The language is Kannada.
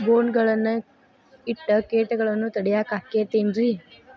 ಬೋನ್ ಗಳನ್ನ ಇಟ್ಟ ಕೇಟಗಳನ್ನು ತಡಿಯಾಕ್ ಆಕ್ಕೇತೇನ್ರಿ?